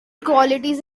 qualities